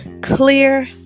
clear